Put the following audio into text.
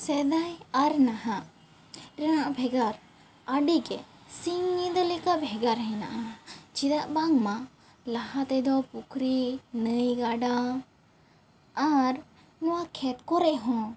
ᱥᱮᱫᱟᱭ ᱟᱨ ᱱᱟᱦᱟᱜ ᱨᱮᱱᱟᱜ ᱵᱷᱮᱜᱟᱨ ᱟᱹᱰᱤ ᱜᱮ ᱥᱤᱧ ᱧᱤᱫᱟᱹ ᱞᱮᱠᱟ ᱵᱷᱮᱜᱟᱨ ᱦᱮᱱᱟᱜᱼᱟ ᱪᱮᱫᱟᱜ ᱵᱟᱝᱢᱟ ᱞᱟᱦᱟ ᱛᱮᱫᱚ ᱯᱩᱠᱷᱨᱤ ᱱᱟᱹᱭ ᱜᱟᱰᱟ ᱟᱨ ᱱᱚᱣᱟ ᱠᱷᱮᱛ ᱠᱚᱨᱮ ᱦᱚᱸ